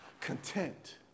content